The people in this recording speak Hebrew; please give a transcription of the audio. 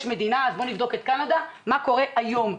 יש מדינה שעשתה, נבדוק עם קנדה מה קורה בה היום.